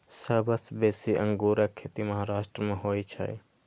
सबसं बेसी अंगूरक खेती महाराष्ट्र मे होइ छै